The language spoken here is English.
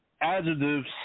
adjectives